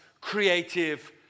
creative